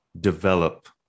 develop